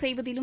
செய்வதிலும்